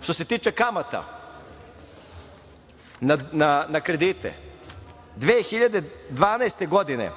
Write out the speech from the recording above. se tiče kamata na kredite, 2012. godine